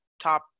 top